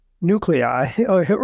nuclei